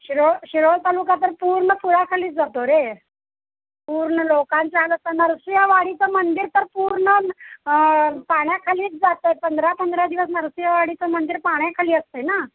शिरोळ शिरोळ तालुका तर पूर्ण पुराखालीच जातो रे पूर्ण लोकांचा हाल आता नरसिंहवाडीचं मंदिर तर पूर्ण पाण्याखालीच जातं आहे पंधरा पंधरा दिवस नरसिंहवाडीचं मंदिर पाण्याखाली असतं आहे ना